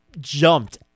jumped